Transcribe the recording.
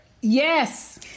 Yes